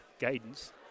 guidance